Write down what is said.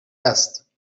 است